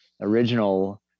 original